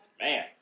Man